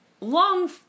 long